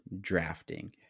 drafting